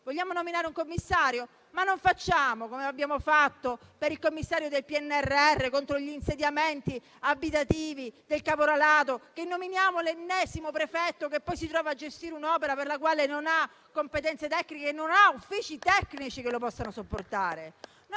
Vogliamo nominare un commissario? Non facciamo come abbiamo fatto per il commissario del PNRR o per quello contro gli insediamenti abitativi del caporalato. Non nominiamo l'ennesimo prefetto, che poi si trova a gestire un'opera per la quale non ha competenze tecniche e non ha uffici tecnici che lo possano supportare